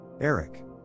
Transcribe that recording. Eric